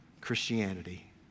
Christianity